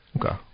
Okay